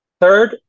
Third